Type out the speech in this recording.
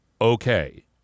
okay